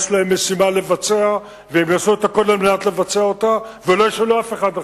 יש להם משימה לבצע והם יעשו הכול כדי לבצע אותה ולא ישאלו אף אחד אחר.